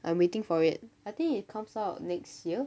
I'm waiting for it I think it comes out next year